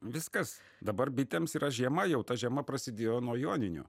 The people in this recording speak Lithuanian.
viskas dabar bitėms yra žiema jau ta žiema prasidėjo nuo joninių